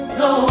no